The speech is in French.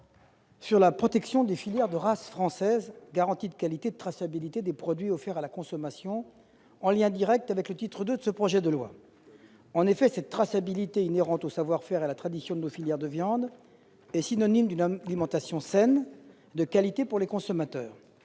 la protection des filières de race française, garantie de qualité et de traçabilité des produits offerts à la consommation, en lien direct avec le titre II de ce projet de loi. En effet, cette traçabilité, inhérente au savoir-faire et à la tradition de nos filières de viandes, est synonyme d'une alimentation saine et de qualité pour les consommateurs.